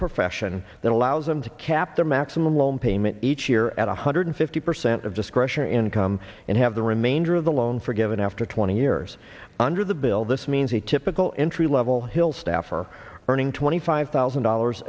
profession that allows them to cap their maximum loan payment each year at one hundred fifty percent of discretionary income and have the remainder of the loan forgiven after twenty years under the bill this means he typical entry level hill staffer earning twenty five thousand dollars